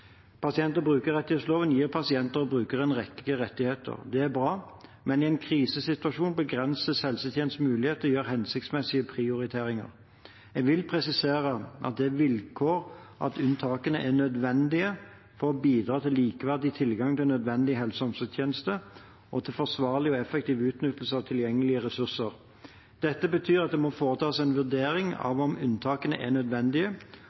Pasient- og brukerrettighetsloven gir pasienter og brukere en rekke rettigheter. Det er bra, men i en krisesituasjon begrenses helsetjenestens muligheter til å gjøre hensiktsmessige prioriteringer. Jeg vil presisere at det er et vilkår at unntakene er nødvendige for å bidra til likeverdig tilgang til nødvendige helse- og omsorgstjenester og til forsvarlig og effektiv utnyttelse av tilgjengelige ressurser. Dette betyr at det må foretas en vurdering av om unntakene er nødvendige,